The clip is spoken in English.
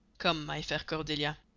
come, my fair cordelia.